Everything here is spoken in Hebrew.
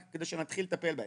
רק כדי שנתחיל לטפל בהם.